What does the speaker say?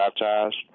baptized